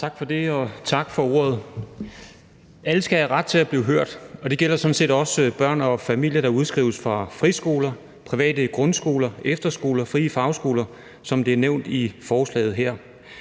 Knuth (V): Tak for ordet. Alle skal have ret til at blive hørt, og det gælder sådan set også børn og familier i forbindelse med udskrivning fra friskoler, private grundskoler, efterskoler eller frie fagskoler, som det er nævnt i forslaget her.